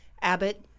Abbott